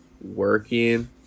working